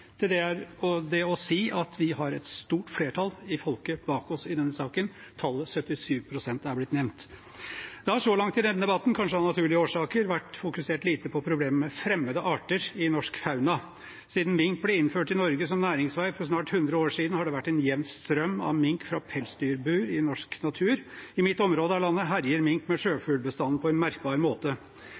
Til det er det det å si at vi har et stort flertall i folket bak oss i denne saken. Tallet 77 pst. er blitt nevnt. Det har så langt i denne debatten, kanskje av naturlige årsaker, blitt fokusert lite på problemet med fremmede arter i norsk fauna. Siden mink ble innført i Norge som næringsvei for snart 100 år siden, har det vært en jevn strøm av mink fra pelsdyrbur til norsk natur. I mitt område av landet herjer mink med sjøfuglbestanden på en merkbar måte.